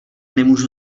nemůžu